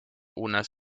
unas